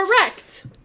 Correct